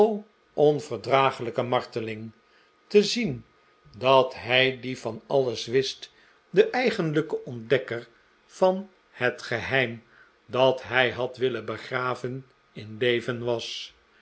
onverdraaglijke marteling te zien dat hij die van alles wist de eigenlijke ontdekker van het geheim dat hij had willen begraven in leven was